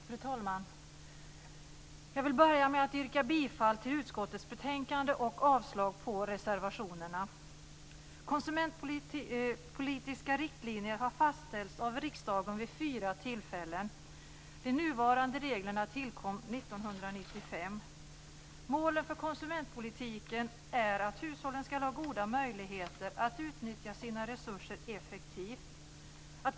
Fru talman! Jag vill börja med att yrka bifall till utskottets hemställan i betänkandet och avslag på reservationerna. Konsumentpolitiska riktlinjer har fastställts av riksdagen vid fyra tillfällen. De nuvarande reglerna tillkom år 1995. Målen för konsumentpolitiken är att hushållen skall ha goda möjligheter att utnyttja sina resurser effektivt.